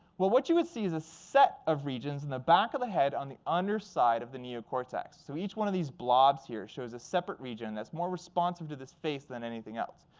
well, what you would see is a set of regions in the back of the head on the underside of the neocortex. so each one of these blobs here shows a separate region that's more responsive to this face than anything else.